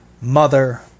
mother